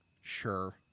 sure